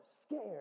scared